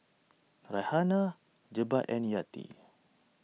Raihana Jebat and Yati